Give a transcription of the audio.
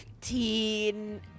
teen